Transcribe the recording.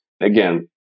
again